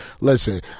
listen